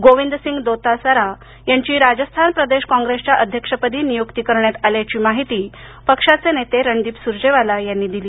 गोविंद सिंग दोतासारा यांची राजस्थान प्रदेश कॉग्रेसच्या अध्यक्षपदी नियुक्ती करण्यात आल्याची माहिती पक्षाचे नेते रणदीप सुरजेवाला यांनी दिली